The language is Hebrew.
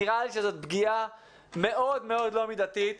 נראה לי שמדובר בפגיעה לא מידתית.